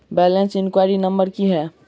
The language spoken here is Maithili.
बैलेंस इंक्वायरी नंबर की है?